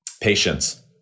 Patience